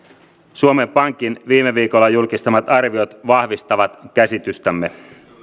suomen pankin viime viikolla julkistamat arviot vahvistavat käsitystämme